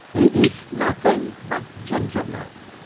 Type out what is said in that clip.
he eats nothing but ginger-nuts.